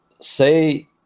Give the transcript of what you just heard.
say